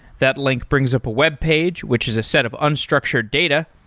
that link brings up a webpage, which is a set of unstructured data.